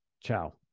Ciao